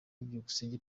byukusenge